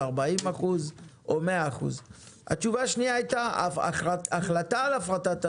40% או 100%. התשובה השנייה הייתה שהחלטה על הפרטת הדואר,